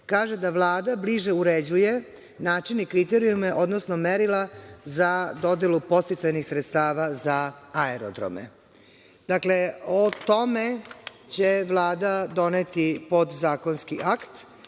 Kaže da Vlada bliže uređuje način i kriterijume, odnosno merila za dodelu podsticajnih sredstava za aerodrome. Dakle, o tome će Vlada doneti podzakonski akt